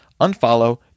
unfollow